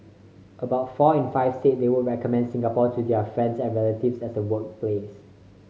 about four in five said they would recommend Singapore to their friends and relatives as a workplace